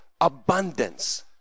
abundance